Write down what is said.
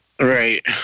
right